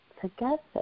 together